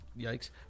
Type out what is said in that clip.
Yikes